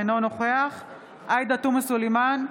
אינו נוכח עאידה תומא סלימאן,